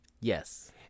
Yes